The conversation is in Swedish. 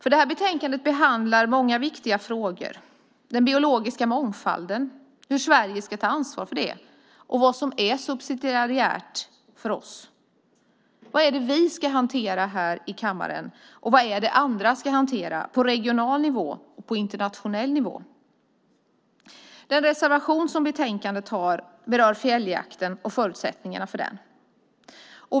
I detta betänkande behandlas många viktiga frågor. Det är den biologiska mångfalden, hur Sverige ska ta ansvar för den och vad som är subsidiärt för oss. Vad är det vi ska hantera här i kammaren, och vad är det andra ska hantera på regional nivå och på internationell nivå? Den ena reservationen i betänkandet berör fjälljakten och förutsättningarna för den.